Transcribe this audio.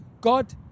God